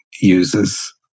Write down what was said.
uses